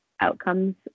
outcomes